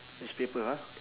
newspaper ah